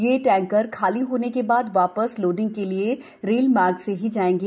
यह टैंकर खाली होने के बाद वापस लोडिंग के लिए रेल मार्ग से ही जायेंगे